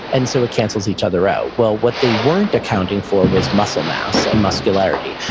and so it cancels each other out. well, what they weren't accounting for was muscle mass and muscularity.